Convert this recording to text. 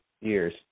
years